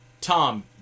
Tom